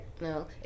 No